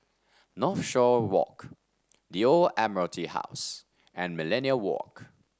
Northshore Walk The Old Admiralty House and Millenia Walk